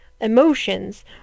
emotions